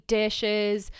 dishes